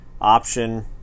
option